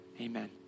amen